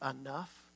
enough